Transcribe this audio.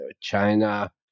China